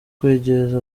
kwegereza